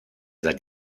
seit